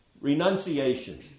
renunciation